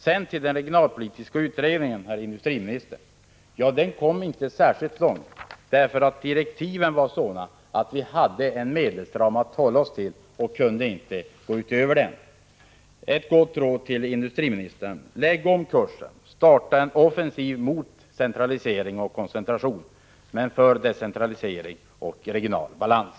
Sedan till den regionalpolitiska utredningen: Den kom inte särskilt långt därför att direktiven var sådana att vi hade en bestämd medelsram att hålla oss till och inte kunde gå utöver den. Ett gott råd till industriministern: Lägg om kursen! Starta en offensiv mot centralisering och koncentration, men för decentralisering och regional balans.